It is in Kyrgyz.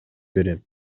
берем